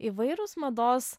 įvairūs mados